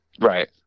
Right